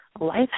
life